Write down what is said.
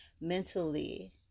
mentally